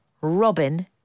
Robin